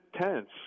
tense